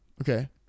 Okay